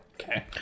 Okay